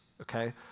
okay